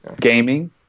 Gaming